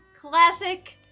Classic